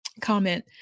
comment